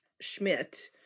Schmidt